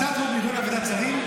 הצעת החוק נדונה בוועדת שרים,